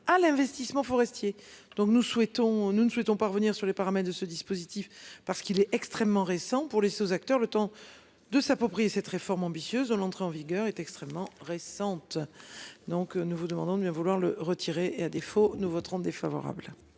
à l'investissement forestier. Donc nous souhaitons, nous ne souhaitons pas revenir sur les paramètres de ce dispositif, parce qu'il est extrêmement récent pour laisser aux acteurs le temps de s'approprier cette réforme ambitieuse. L'entrée en vigueur est extrêmement récente. Donc, nous vous demandons de bien vouloir le retirer et à défaut, nous voterons défavorable.